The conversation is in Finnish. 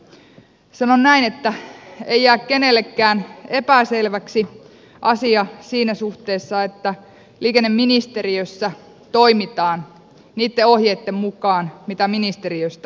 sanon näin että ei jää kenellekään epäselväksi asia siinä suhteessa että liikenneministeriössä toimitaan niitten ohjeitten mukaan mitä ministeriöstä on annettu